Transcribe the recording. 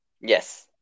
yes